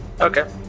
Okay